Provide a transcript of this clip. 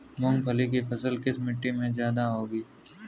मूंगफली की फसल किस मिट्टी में ज्यादा होगी?